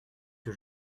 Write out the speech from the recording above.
que